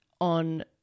on